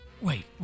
Wait